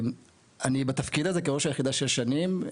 אני בתפקיד הזה כראש היחידה 6 שנים,